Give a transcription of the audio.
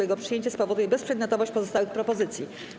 Jego przyjęcie spowoduje bezprzedmiotowość pozostałych propozycji.